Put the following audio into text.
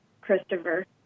Christopher